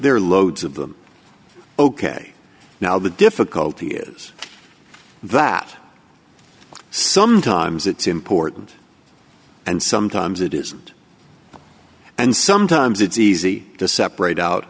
are loads of them ok now the difficulty is that sometimes it's important and sometimes it isn't and sometimes it's easy to separate out